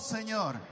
Señor